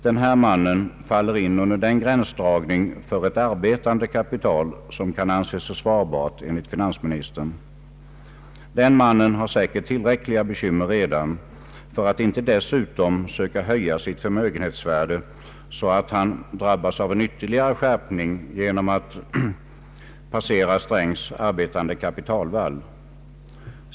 Den här mannen faller in under den gränsdragning för ett arbetande kapital som kan anses försvarbart enligt finansministern. Företagaren i fråga har säkert tillräckliga bekymmer redan, för att inte dessutom söka höja sitt förmögenhetsvärde så att han drabbas av en ytterligare skärpning genom att passera Strängs arbetande kapitalvall.